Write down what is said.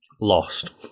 Lost